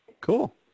Cool